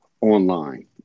online